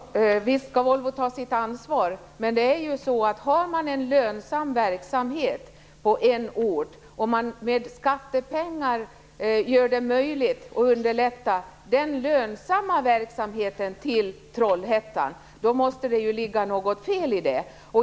Fru talman! Visst skall Volvo ta sitt ansvar. Men har man en lönsam verksamhet på en ort och med skattepengar underlättar att den lönsamma verksamheten flyttas till Trollhättan måste det ligga något fel i det.